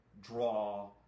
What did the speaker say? draw